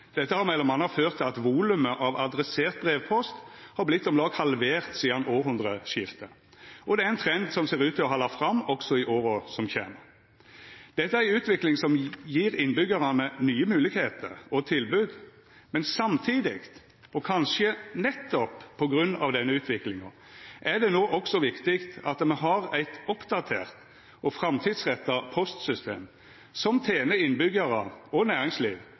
Dette har m.a. ført til at volumet av adressert brevpost har vorte om lag halvert sidan hundreårsskiftet, og det er ein trend som ser ut til å halda fram også i åra som kjem. Dette er ei utvikling som gjev innbyggjarane nye moglegheiter og tilbod, men samtidig – og kanskje nettopp på grunn av denne utviklinga – er det no også viktig at me har eit oppdatert og framtidsretta postsystem som tener innbyggjarar og næringsliv